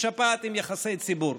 שפעת עם יחסי ציבור.